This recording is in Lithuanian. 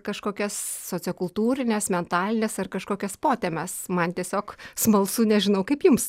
kažkokias sociokultūrines mentalines ar kažkokias potemes man tiesiog smalsu nežinau kaip jums